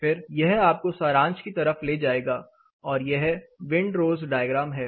फिर यह आपको सारांश की तरफ ले जाएगा और यह विंड रोज डायग्राम है